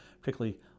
particularly